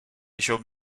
chom